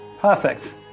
Perfect